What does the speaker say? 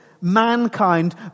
mankind